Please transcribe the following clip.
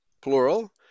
plural